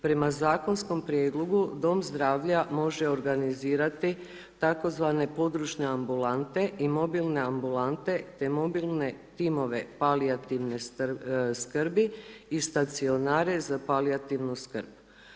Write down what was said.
Prema tome zakonskom prijedlogu dom zdravlja može organizirati tzv. podrške ambulantne i mobilne ambulante te mobilne timove palijativne skrbi i stacionare za palijativnu skrb.